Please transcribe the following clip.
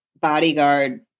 bodyguard